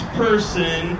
person